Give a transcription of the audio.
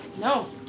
no